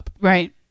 Right